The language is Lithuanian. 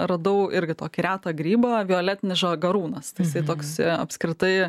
radau irgi tokį retą grybą violetinį žagarūnas tai jisai toks apskritai